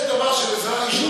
זה עניין של עזרה ראשונה,